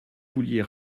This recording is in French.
vouliez